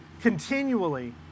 continually